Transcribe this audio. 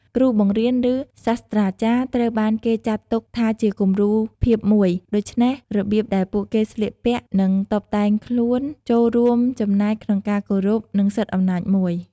គ្រូបង្រៀន ឬ សាស្ត្រាចារ្យត្រូវបានគេចាត់ទុកថាជាគំរូភាពមួយ ដូច្នេះរបៀបដែលពួកគេស្លៀកពាក់ និងតុបតែងខ្លួនចូលរួមចំណែកក្នុងការគោរព និងសិទ្ធអំណាចមួយ។